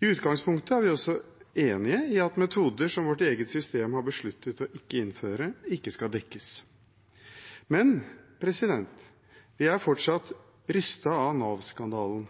I utgangspunktet er vi også enig i at metoder som vårt eget system har besluttet ikke å innføre, ikke skal dekkes. Men vi er fortsatt rystet av Nav-skandalen,